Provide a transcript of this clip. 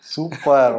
Super